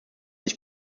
sich